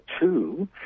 two